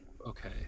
okay